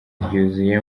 ryuzuye